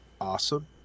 awesome